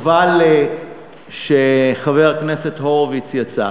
חבל שחבר הכנסת הורוביץ יצא,